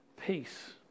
peace